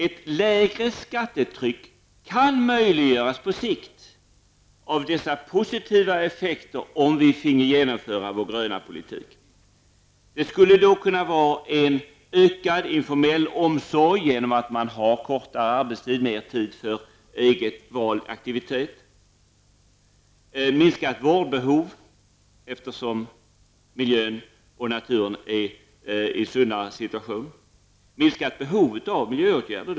Ett lägre skattetryck kan möjliggöras på sikt genom de positiva effekterna som skulle bli följden om vi finge genomföra vår gröna politik. Dessa positiva effekter skulle kunna vara en ökad informell omsorg som är möjlig genom att man har kortare arbetstid och mer tid för val av egna aktiviteter. Det skulle även kunna vara ett minskat vårdbehov, eftersom miljön och naturen skulle befinna sig i en sundare situation. Det skulle då alltså finnas ett mindre behov av miljöåtgärder.